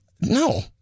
No